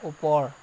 ওপৰ